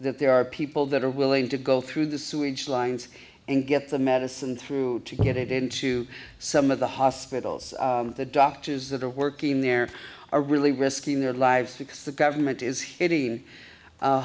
there are people that are willing to go through the sewage lines and get the medicine through to get it into some of the hospitals the doctors that are working there are really risking their lives because the government is hitting